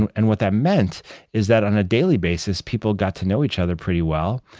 and and what that meant is that on a daily basis, people got to know each other pretty well,